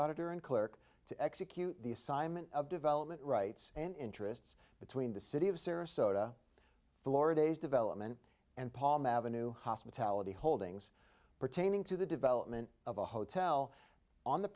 auditor and clerk to execute the assignment of development rights and interests between the city of sarasota florida his development and paul mavra new hospitality holdings pertaining to the development of a hotel on the